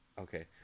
Okay